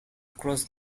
cross